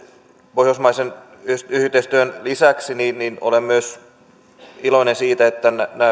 pohjoismaisen yhteistyön lisäksi olen iloinen myös siitä että tämä